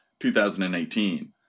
2018